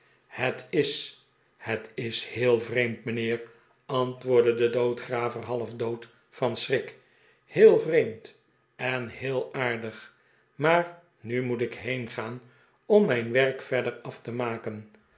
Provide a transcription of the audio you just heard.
het is het is heel vreemd mijnheer antwoordde de doodgraver half dood van schrik heel vreemd en heel aardig maar nu moet ik heengaan om mijn werk verder af te maken